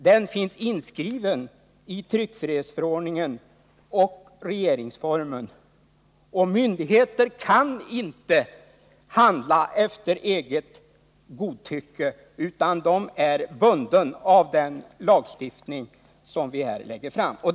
Den finns inskriven i tryckfrihetsförordningen och regeringsformen. Myndigheter kan inte handla efter eget godtycke utan de är bundna av den lagstiftning som finns.